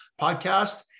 podcast